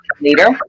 later